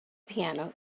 piano